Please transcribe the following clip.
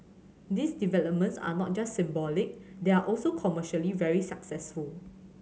these developments are not just symbolic they are also commercially very successful